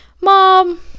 mom